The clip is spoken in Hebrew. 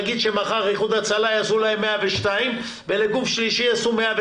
נגיד שמחר איחוד הצלה יעשו להם 102 ולגוף שלישי יעשו 103,